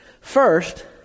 First